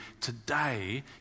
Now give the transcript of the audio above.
today